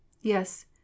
Yes